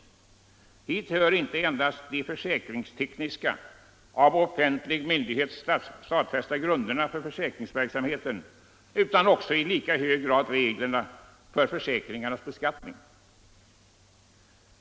Hit hör inte endast de försäkringstekniska av offentlig myndighet stadfästa grunderna för försäkringsverksamheten utan också i lika hög grad reglerna för försäkringarnas beskattning.